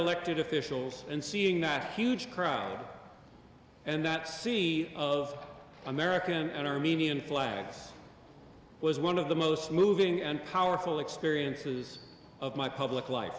elected officials and seeing that huge crowd and that sea of american and armenian flags was one of the most moving and powerful experiences of my public li